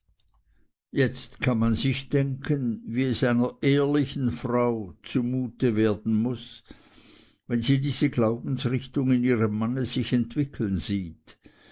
jetzt kann man sich denken wie es einer ehrlichen frau zumute werden muß wenn sie diese glaubensrichtung in ihrem manne sich entwickeln sieht